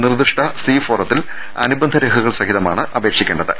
നിർദ്ദിഷ്ട സി ഫോറത്തിൽ അനുബന്ധ രേഖ കൾ സഹിതമാണ് അപേക്ഷിക്കേണ്ടത്